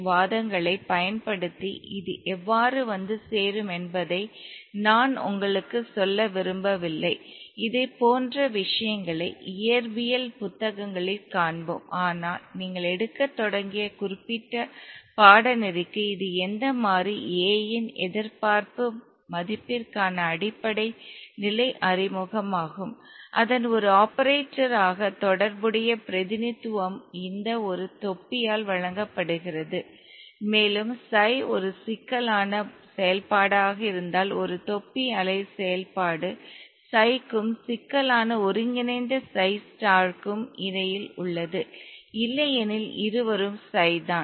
வாதங்களைப் பயன்படுத்தி இது எவ்வாறு வந்து சேரும் என்பதை நான் உங்களுக்குச் சொல்ல விரும்பவில்லை இதுபோன்ற விஷயங்களை இயற்பியல் புத்தகங்களில் காண்போம் ஆனால் நீங்கள் எடுக்கத் தொடங்கிய குறிப்பிட்ட பாடநெறிக்கு இது எந்த மாறி A இன் எதிர்பார்ப்பு மதிப்பிற்கான அடிப்படை நிலை அறிமுகமாகும் அதன் ஒரு ஆபரேட்டராக தொடர்புடைய பிரதிநிதித்துவம் இந்த ஒரு தொப்பியால் வழங்கப்படுகிறது மேலும் சை ஒரு சிக்கலான செயல்பாடாக இருந்தால் ஒரு தொப்பி அலை செயல்பாடு சை க்கும் சிக்கலான ஒருங்கிணைந்த சை ஸ்டார்ற்கும் இடையில் உள்ளது இல்லையெனில் இருவரும் சை தான்